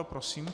Prosím.